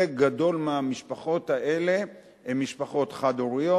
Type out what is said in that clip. גדול מהמשפחות האלה הן משפחות חד-הוריות,